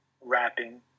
rapping